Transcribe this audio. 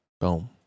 Boom